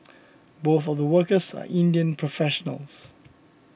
both of the workers are Indian professionals